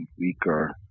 weaker